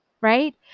right